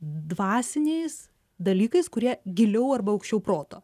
dvasiniais dalykais kurie giliau arba aukščiau proto